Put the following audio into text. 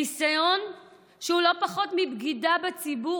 ניסיון שהוא לא פחות מבגידה בציבור.